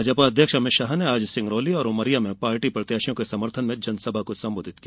भाजपा अध्यक्ष अमित शाह ने आज सिंगरौली और उमरिया में पार्टी प्रत्याशियों के समर्थन में जनसभा को संबोधित किया